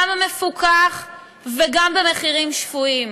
גם מפוקח וגם במחירים שפויים.